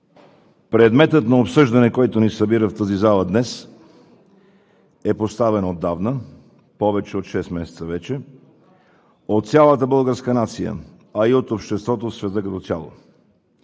Предметът на обсъждане, който днес ни събира в тази зала, е поставен отдавна – преди повече от шест месеца, от цялата българска нация, а и от обществото в света като цяло.